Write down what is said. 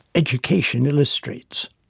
education illustrates.